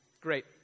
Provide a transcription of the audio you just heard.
Great